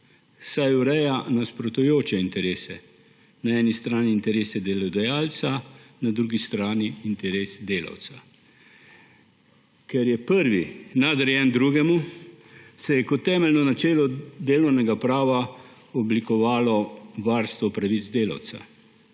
saj ureja nasprotujoče interese. Na eni strani interese delodajalca, na drugi strani interes delavca. Ker je prvi nadrejen drugemu, se je kot temeljno načelo delovnega prava oblikovalo varstvo pravic delavca,